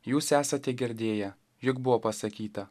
jūs esate girdėję jog buvo pasakyta